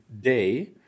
day